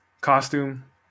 costume